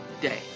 day